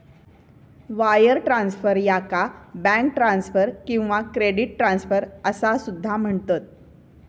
wire transfer, याका bank transfer किंवा credit transfer असा सुद्धा म्हणतत